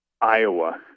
Iowa